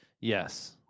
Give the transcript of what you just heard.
yes